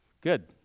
Good